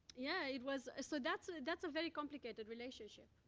yeah, it was so, that's that's a very complicated relationship.